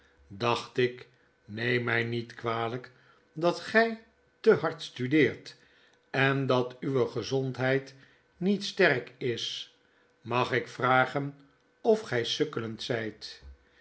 dacht ik neem my niet kwalyk dat gy te hard studeert en dat uwe gezondheid niet sterk is mag ik vragen of gy sukkelend zyt